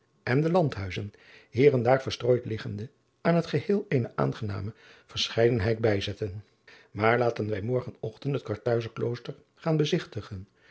en de andhuizen hier en daar verstrooid liggende aan het geheel eene aangename verscheidenheid bijzetten aar laten wij morgen ochtend het arthuizer klooster gaan bezigtigen